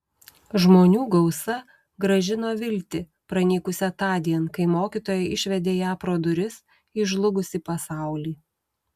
žmonių gausa grąžino viltį pranykusią tądien kai mokytoja išvedė ją pro duris į žlugusį pasaulį